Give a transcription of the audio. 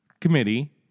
committee